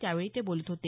त्यावेळी ते बोलत होते